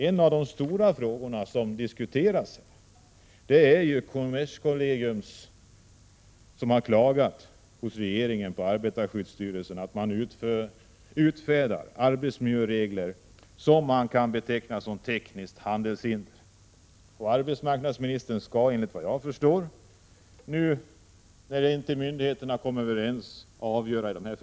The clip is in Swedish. En av de stora frågorna som diskuterats i detta sammanhang är kommerskollegiums klagomål hos regeringen över att arbetarskyddsstyrelsen har utfärdat arbetsmil'öregler som kan betecknas som tekniska handelshinder. Arbetsmarknadsministern skall, enligt vad jag förstår, avgöra dessa frågor, när inte myndigheterna kommer överens.